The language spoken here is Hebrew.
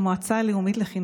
ילדים התחילו לקבל